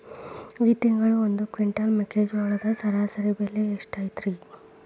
ಈ ತಿಂಗಳ ಒಂದು ಕ್ವಿಂಟಾಲ್ ಮೆಕ್ಕೆಜೋಳದ ಸರಾಸರಿ ಬೆಲೆ ಎಷ್ಟು ಐತರೇ?